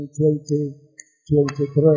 2023